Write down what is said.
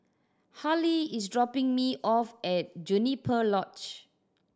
Hallie is dropping me off at Juniper Lodge